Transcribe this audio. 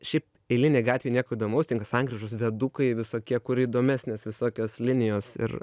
šiaip eilinėj gatvėj nieko įdomaus tinka sankryžos viadukai visokie kur įdomesnės visokios linijos ir